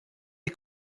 est